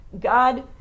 God